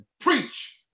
Preach